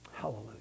Hallelujah